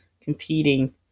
competing